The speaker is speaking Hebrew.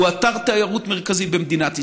הוא אתר תיירות מרכזי במדינת ישראל,